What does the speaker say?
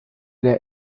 der